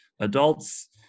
Adults